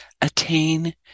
attain